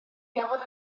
gafodd